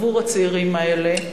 עבור הצעירים האלה,